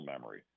memory